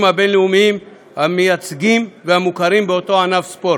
הבין-לאומיים המייצגים והמוכרים באותו ענף ספורט.